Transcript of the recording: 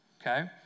okay